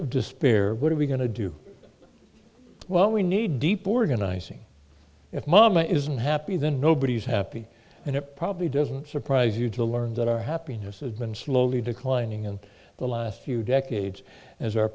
of despair what are we going to do well we need deep organizing if mama isn't happy then nobody is happy and it probably doesn't surprise you to learn that our happiness has been slowly declining in the last few decades as our